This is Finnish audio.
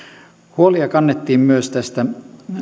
huolia kannettiin myös tästä